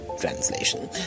translation